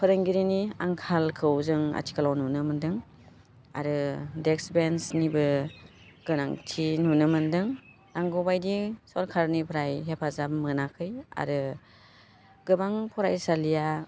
फोरोंगिरिनि आंखालखौ जों आथिखालाव नुनो मोन्दों आरो डेक्स बेन्सनिबो गोनांथि नुनो मोन्दों नांगौ बायदि सरकरनिफ्राय हेफाजाब मोनाखै आरो गोबां फरायसालिया